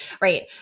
right